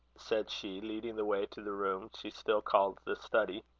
said she, leading the way to the room she still called the study.